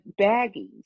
baggies